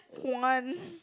juan